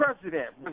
president